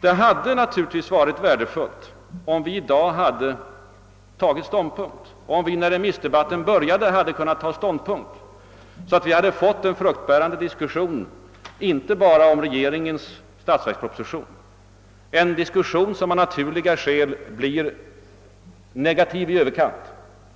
Det hade naturligtvis varit värdefullt om vi hade kunnat ta ståndpunkt, när remissdebatten började, så att vi hade fått en fruktbärande diskussion inte bara om regeringens statsverksproposition — en diskussion som av naturliga skäl blir negativ i överkant